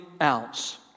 else